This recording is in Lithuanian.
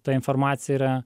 ta informacija yra